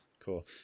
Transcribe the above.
Cool